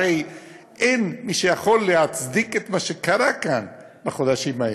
הרי אין מי שיכול להצדיק את מה שקרה כאן בחודשים האלה.